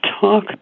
talk